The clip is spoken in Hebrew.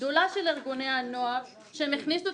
הגדולה של ארגוני הנוער היא בזה שהם הכניסו